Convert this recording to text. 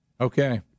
Okay